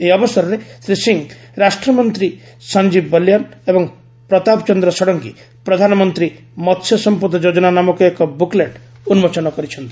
ଏହି ଅବସରରେ ଶ୍ରୀ ସିଂହ ରାଷ୍ଟ୍ରମନ୍ତ୍ରୀ ସଂଜୀବ ବଲୟାନ ଏବଂ ପ୍ରତାପ ଚନ୍ଦ୍ର ଷଡ଼ଙ୍ଗୀ ପ୍ରଧାନମନ୍ତ୍ରୀ ମସ୍ୟ ସମ୍ପଦ ଯୋଜନା ନାମକ ଏକ ବୁକ୍ଲେଟ୍ ଉନ୍କୋଚନ କରିଛନ୍ତି